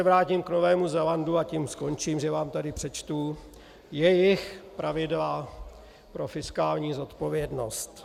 Vrátím se k Novému Zélandu a tím skončím, že vám tady přečtu jejich pravidla pro fiskální zodpovědnost: